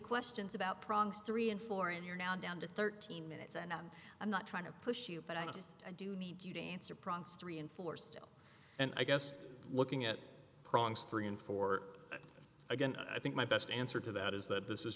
questions about prongs three and four and you're now down to thirteen minutes and i'm not trying to push you but i just do need you to answer progs three and four still and i guess looking at prongs three and four again i think my best answer to that is that this